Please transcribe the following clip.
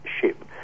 ship